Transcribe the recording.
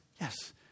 yes